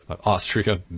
Austria